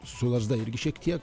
su lazda irgi šiek tiek